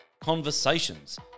Conversations